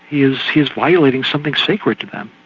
he's he's violating something sacred to them.